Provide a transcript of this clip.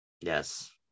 Yes